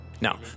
Now